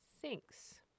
thinks